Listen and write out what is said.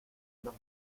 los